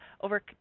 over